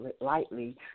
lightly